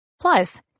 Plus